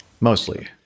Mostly